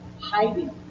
hiding